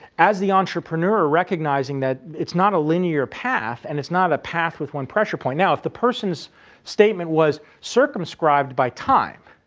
as the entrepreneur recognizing that it's not a linear path and it's not a path with one pressure point. now, if the person's statement was circumscribed by time,